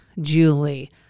Julie